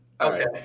Okay